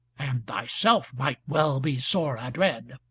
and thyself might well be sore adread.